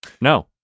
No